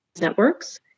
networks